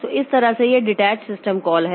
तो इस तरह से यह डिटैच सिस्टम कॉल है